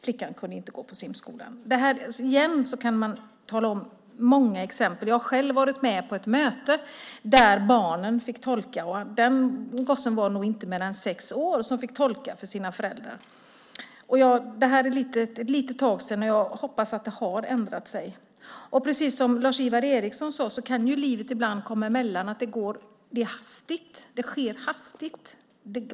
Flickan kunde därför inte gå på simskolan. Det finns många fler exempel. Jag har själv varit med på ett möte där ett barn fick tolka. Den gossen var nog inte mer än sex år men fick tolka för sina föräldrar. Det här är ett litet tag sedan, och jag hoppas att det har ändrat sig. Precis som Lars-Ivar Ericson sade kan livet ibland komma emellan. Det går fort, saker sker hastigt.